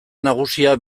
nagusia